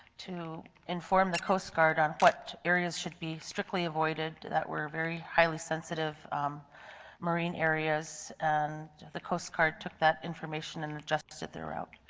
to inform the coast guard on what areas should be strictly avoided, that were very highly's sensitive marine areas and the coast guard took that information and adjusted the route.